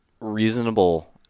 reasonable